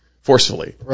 forcefully